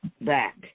back